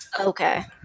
Okay